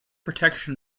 protection